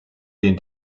den